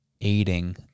Aiding